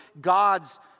God's